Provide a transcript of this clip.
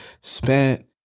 spent